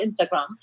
Instagram